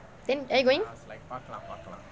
then are you going